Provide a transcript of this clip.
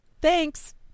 Thanks